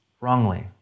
wrongly